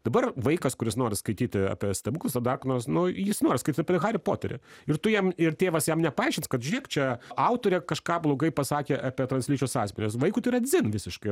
dabar vaikas kuris nori skaityti apie stabukus ar dar ką nors nu jis nori skaityt apie harį poterį ir tu jam ir tėvas jam nepaaiškins kad žiūrėk čia autorė kažką blogai pasakė apie translyčius asmenis vaikui tai yra dzin visiškai